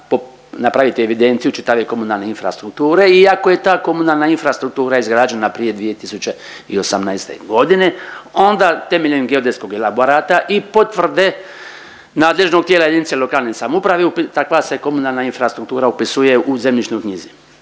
napraviti evidenciju čitave komunalne infrastrukture iako je ta komunalna infrastruktura izgrađena prije 2018. godine onda temeljem geodetskog elaborata i potvrde nadležnog tijela jedinice lokalne samouprave takva se komunalna infrastruktura upisuje u zemljišnoj knjizi.